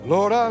Lord